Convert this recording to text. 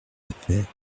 affaires